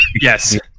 Yes